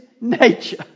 nature